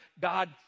God